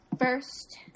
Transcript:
first